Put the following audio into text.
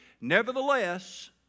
Nevertheless